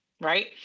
right